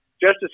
Justice